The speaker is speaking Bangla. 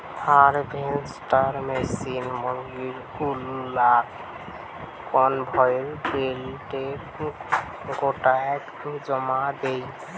হারভেস্টার মেশিন মুরগী গুলাক কনভেয়র বেল্টে গোটেয়া জমা দেই